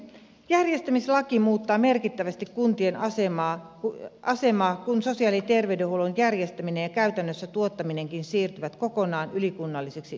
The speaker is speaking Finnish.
järjestämislaki muuttaa merkittävästi kuntien asemaa kun sosiaali ja terveydenhuollon järjestäminen ja käytännössä tuottaminenkin siirtyvät kokonaan ylikunnallisiksi yhteistoiminnoiksi